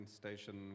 station